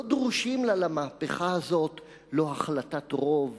לא דרושים לה למהפכה הזאת לא החלטת רוב